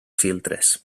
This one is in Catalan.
filtres